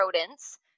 rodents